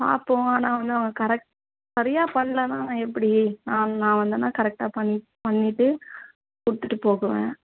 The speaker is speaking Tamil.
பார்ப்போம் ஆனால் வந்து அவன் கரெக்ட் சரியாக பண்ணலன்னா அவன் எப்படி நான் நான் வந்தேன்னால் கரெக்டாக பண்ணி பண்ணிவிட்டு கொடுத்துட்டு போவேன்